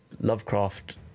lovecraft